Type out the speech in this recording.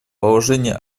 положение